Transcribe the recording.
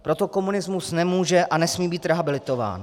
Proto komunismus nemůže a nesmí být rehabilitován.